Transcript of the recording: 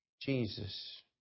Jesus